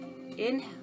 Inhale